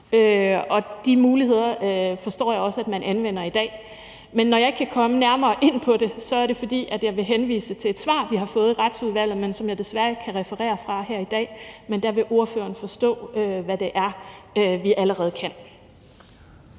Og de muligheder forstår jeg også man anvender i dag. Men når jeg ikke kan komme nærmere ind på det, er det, fordi jeg vil henvise til et svar, vi har fået i Retsudvalget, men som jeg desværre ikke kan referere fra her i dag, men af det vil ordføreren forstå, hvad vi allerede kan.